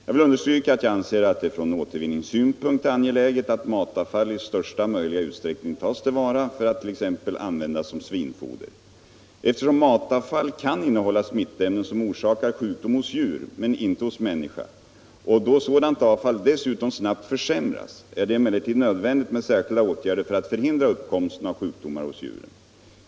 Jag vill understryka att jag anser att det från återvinningssynpunkt är angeläget att matavfall i största möjliga utsträckning tas till vara för att t.ex. användas som svinfoder. Eftersom matavfall kan innehålla smittämnen som orsakar sjukdom hos djur men inte hos människa och då sådant avfall dessutom snabbt försämras, är det emellertid nödvändigt 1 med särskilda åtgärder för att förhindra uppkomsten av sjukdomar hos djuren.